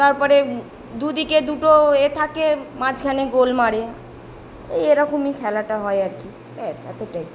তারপরে দু দিকে দুটো এ থাকে মাঝখানে গোল মারে এই এরকমই খেলাটা হয় আর কি ব্যস এতটাই